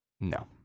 No